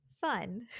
fun